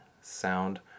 sound